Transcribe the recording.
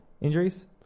injuries